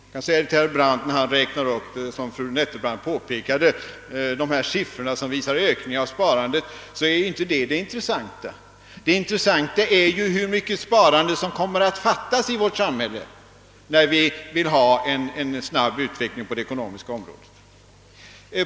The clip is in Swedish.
Jag kan liksom fru Nettelbrandt gjorde säga till herr Brandt, som räknade upp dessa siffror, som visar ökningen i sparandet, att de inte är det intressanta. Det intressanta är hur mycket sparande som kommer att fattas i vårt samhälle när vi vill ha en snabb utveckling på det ekonomiska området.